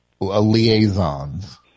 liaisons